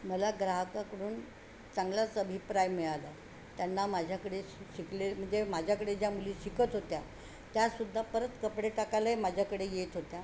मला ग्राहकाकडून चांगलाच अभिप्राय मिळाला त्यांना माझ्याकडे शिकले म्हणजे माझ्याकडे ज्या मुली शिकत होत्या त्यासुद्धा परत कपडे टाकायलाही माझ्याकडे येत होत्या